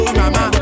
mama